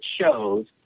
shows